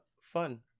fun